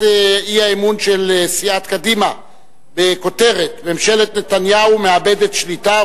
האי-אמון של סיעת קדימה בכותרת: ממשלת נתניהו מאבדת שליטה,